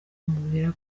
amubwira